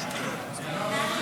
22